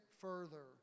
further